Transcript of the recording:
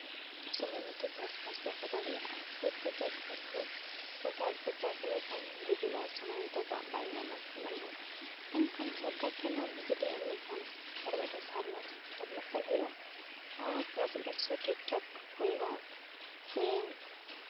ᱥᱚᱢᱚᱭ ᱢᱚᱛᱚ ᱪᱟᱥᱼᱵᱟᱥ ᱵᱟᱠᱚ ᱫᱟᱲᱮᱭᱟᱜᱼᱟ ᱮᱨᱯᱚᱨ ᱪᱟᱥᱼᱵᱟᱥ ᱠᱚ ᱪᱟᱥ ᱞᱮᱠᱷᱟᱱ ᱜᱩᱡᱩᱜᱼᱟ ᱥᱚᱢᱚᱭ ᱢᱚᱛᱚ ᱫᱟᱜ ᱵᱟᱭ ᱧᱟᱢᱟ ᱮᱱᱠᱷᱟᱱ ᱥᱚᱨᱠᱟᱨ ᱴᱷᱮᱱ ᱚᱵᱷᱤᱡᱳᱜᱽ ᱞᱮ ᱮᱢ ᱞᱮᱠᱷᱟᱱ ᱛᱟᱦᱚᱞᱮ ᱢᱤᱫᱴᱟᱝ ᱥᱟᱵᱽᱼᱢᱟᱨᱥᱟᱞ ᱦᱩᱭᱩᱜᱼᱟ ᱟᱨ ᱪᱟᱥᱼᱵᱟᱥ ᱦᱚᱸ ᱴᱷᱤᱠ ᱴᱷᱟᱠ ᱦᱩᱭᱩᱜᱼᱟ ᱥᱮ